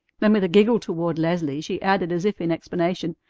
then with a giggle toward leslie she added as if in explanation,